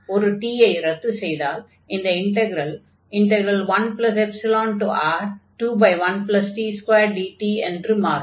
ஒரு t ஐ ரத்து செய்தால் அந்த இன்டக்ரல் 1ϵR21t2dt என்று மாறும்